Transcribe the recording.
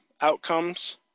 outcomes